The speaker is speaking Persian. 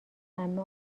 عمه